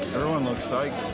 everyone looks psyched.